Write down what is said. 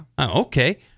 Okay